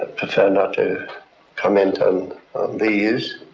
prefer not to comment on these.